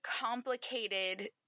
complicated